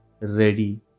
ready